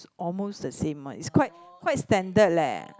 almost the same one it's quite quite standard leh